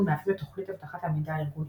מהווים את תוכנית אבטחת המידע הארגוני.